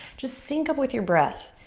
just sync up with your breath.